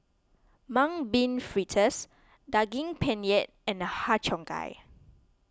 Mung Bean Fritters Daging Penyet and Har Cheong Gai